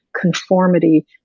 conformity